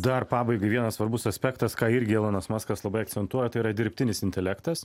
dar pabaigai vienas svarbus aspektas ką irgi elonas muskas labai akcentuoja tai yra dirbtinis intelektas